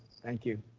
thank you.